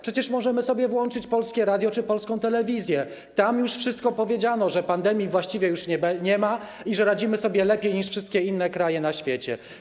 Przecież możemy sobie włączyć Polskie Radio czy Telewizję Polską - tam już wszystko powiedziano: że pandemii właściwie już nie ma i że radzimy sobie lepiej niż wszystkie inne kraje na świecie.